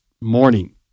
morning